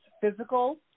physical